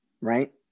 right